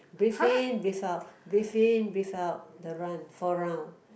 breathe in breathe out breathe in breathe out the run four round